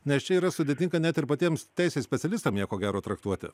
nes čia yra sudėtinga net ir patiems teisės specialistams ją ko gero traktuoti